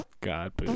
god